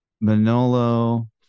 Manolo